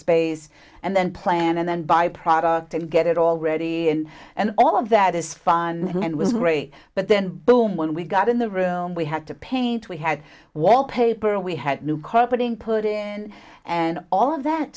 space and then plan and then buy a product and get it all ready and and all of that is fun and was great but then boom when we got in the room we had to paint we had wallpaper we had new carpeting put in and all of that